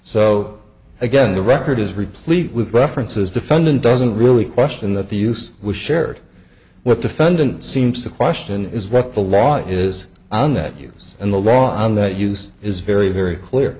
so again the record is replete with references defendant doesn't really question that the use was shared with defendant seems to question is what the law is on that use and the law on that use is very very clear